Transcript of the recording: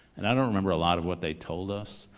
and i don't remember a lot of what they told us,